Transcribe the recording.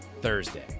Thursday